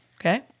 okay